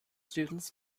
students